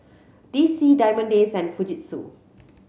D C Diamond Days and Fujitsu